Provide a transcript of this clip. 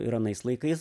ir anais laikais